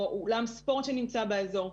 או אולם ספורט שנמצא באזור.